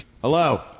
Hello